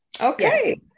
okay